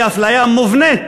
היא אפליה מובנית.